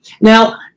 Now